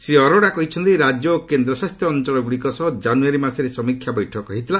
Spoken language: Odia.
ଶ୍ରୀ ଆରୋରା କହିଛନ୍ତି ରାଜ୍ୟ ଓ କେନ୍ଦ୍ରଶାସିତ ଅଞ୍ଚଳଗୁଡିକ ସହ ଜାନୁୟାରୀ ମାସରେ ସମୀକ୍ଷା ବୈଠକ ହୋଇଥିଲା